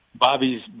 Bobby's